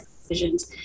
decisions